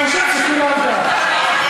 והוא חושב שכולם כך.